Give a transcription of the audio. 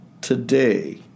Today